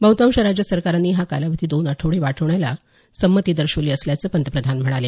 बहुतांश राज्य सरकारांनी हा कालावधी दोन आठवडे वाढवण्याला संमती दर्शवली असल्याचं पंतप्रधानांनी सांगितलं